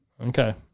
Okay